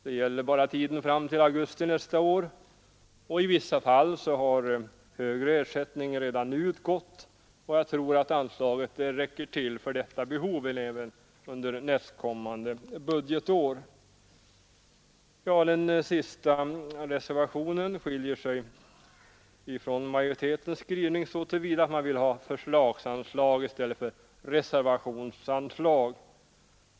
Det gäller bara tiden fram till augusti nästa år, och i vissa fall har högre ersättning redan nu utgått. Jag tror att anslagen räcker till för detta behov under nästkommande budgetår. Den sista reservationen skiljer sig från majoritetens skrivning så till vida att man vill ha förslagsanslag i stället för reservationsanslag.